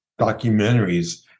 documentaries